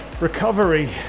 recovery